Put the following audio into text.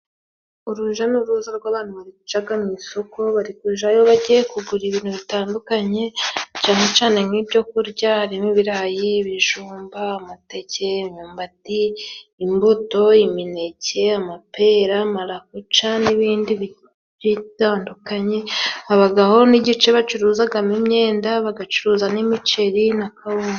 Uruja n'uruza rw'abantu bari kujaga mu isoko, bari kujayo bagiye kugura ibintu bitandukanye cane cane nk'ibyo kurya harimo: ibirayi, ibijumba, amateke, imyumbati, imbuto, imineke, amapera, marakuca n'ibindi bitandukanye. Abagabo bo n'igice bacuruzagamo imyenda, bagacuruza n'imiceri na kawunga.